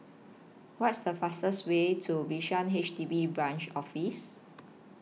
What IS The fastest Way to Bishan H D B Branch Office